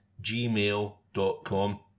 gmail.com